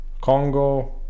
Congo